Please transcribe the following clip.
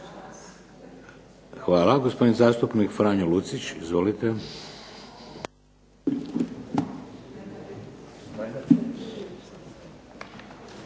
Hvala. Gospodin zastupnik Franjo Lucić, izvolite.